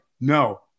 no